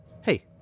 Hey